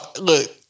look